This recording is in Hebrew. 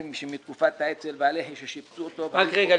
שמתקופת האצ"ל והלח"י ששיפצו --- רק רגע,